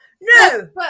No